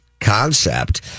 concept